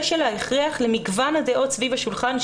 אלא בנושא ההכרח למגוון הדעות סביב השולחן,